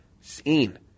seen